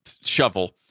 shovel